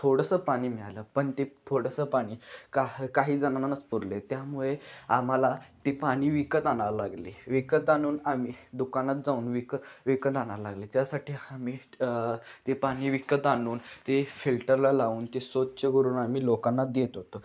थोडंसं पाणी मिळालं पण ते थोडंसं पाणी का काही जणानाच पुरले त्यामुळे आम्हाला ती पाणी विकत आणावं लागले विकत आणून आम्ही दुकानात जाऊन विकत विकत आणाया लागले त्यासाठी आम्ही ते पाणी विकत आणून ते फिल्टरला लावून ते स्वच्छ करून आम्ही लोकांना देत होतो